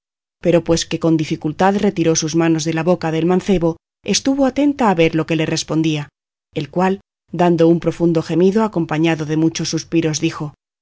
pero después que con dificultad retiró sus manos de la boca del mancebo estuvo atenta a ver lo que le respondía el cual dando un profundo gemido acompañado de muchos suspiros dijo